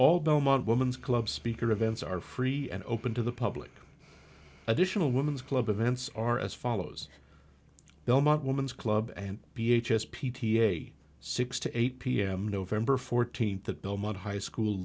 all belmont woman's club speaker events are free and open to the public additional women's club events are as follows belmont woman's club and b h s p t a six to eight pm november fourteenth that belmont high school